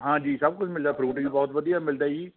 ਹਾਂਜੀ ਸਭ ਕੁਛ ਮਿਲਦਾ ਫਰੂਟ ਵੀ ਬਹੁਤ ਵਧੀਆ ਮਿਲਦਾ ਹੈ ਜੀ